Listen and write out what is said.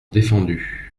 défendus